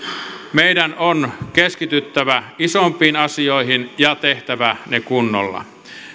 meidän on keskityttävä isompiin asioihin ja tehtävä ne kunnolla